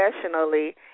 professionally